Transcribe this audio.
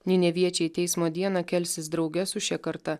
neneviečiai teismo dieną kelsis drauge su šia karta